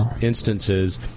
instances